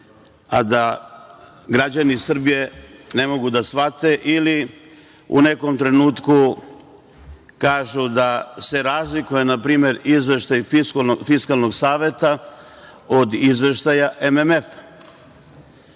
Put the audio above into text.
a da građani Srbije ne mogu da shvate ili u nekom trenutku kažu da se razlikuje na primer izveštaj Fiskalnog saveta od izveštaja MMF-a.